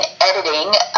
editing